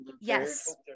yes